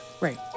right